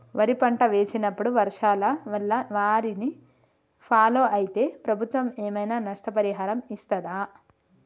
వరి పంట వేసినప్పుడు వర్షాల వల్ల వారిని ఫాలో అయితే ప్రభుత్వం ఏమైనా నష్టపరిహారం ఇస్తదా?